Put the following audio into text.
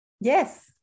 Yes